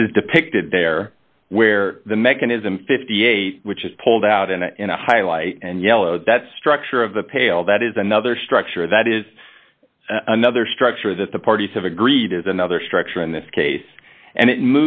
this is depicted there where the mechanism fifty eight dollars which is pulled out and in a highlight and yellow that structure of the pale that is another structure that is another structure that the parties have agreed is another structure in this case and it